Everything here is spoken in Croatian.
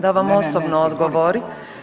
da vam osobno odgovori.